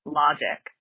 logic